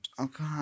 Okay